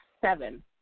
seven